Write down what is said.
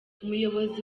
umuyobozi